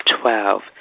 Twelve